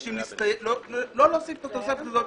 מבקשים לא להוסיף את התוספת הזו,